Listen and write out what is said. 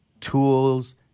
tools